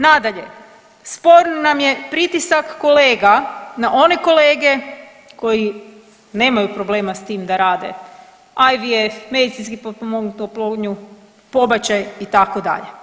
Nadalje, sporan nam je pritisak kolega na one kolege koji nemaju problema s tim da rade IVF, medicinski potpomognutu oplodnju, pobačaj itd.